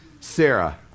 Sarah